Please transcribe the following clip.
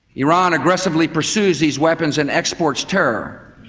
iran aggressively pursues these weapons and exports terror.